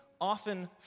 often